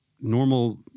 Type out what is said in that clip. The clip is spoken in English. normal